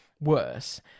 worse